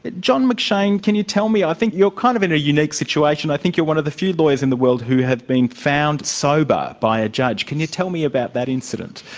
john mcshane, can you tell me, i think you're kind of in a unique situation i think you're one of the few lawyers in the world who have been found sober by a judge. can you tell me about that incident?